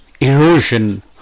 erosion